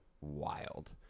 wild